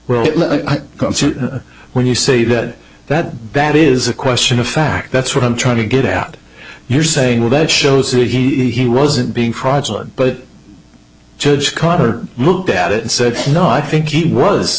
well when you say that that that is a question of fact that's what i'm trying to get out you're saying without shows that he wasn't being fraudulent but judge carter looked at it and said no i think he was